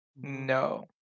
no